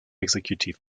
executive